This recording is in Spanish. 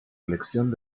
elección